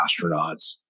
astronauts